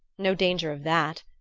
no danger of that!